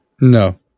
no